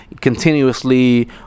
continuously